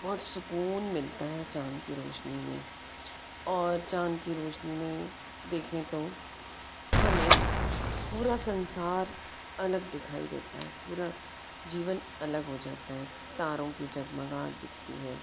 बहुत सुकून मिलता है चांद की रोशनी में और चांद की रोशनी में देखें तो हमें पूरा संसार अलग दिखाई देता है पूरा जीवन अलग हो जाता है तारों की जगमगाहट दिखती है